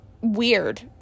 weird